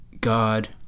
God